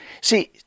see